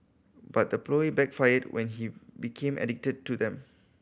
but the ploy backfired when he became addicted to them